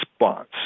response